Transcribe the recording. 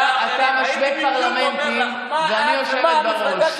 אתה משווה פרלמנטים, ואני יושבת בראש.